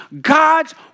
god's